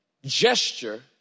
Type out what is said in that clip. Gesture